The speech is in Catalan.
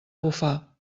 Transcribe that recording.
bufar